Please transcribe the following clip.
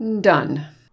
Done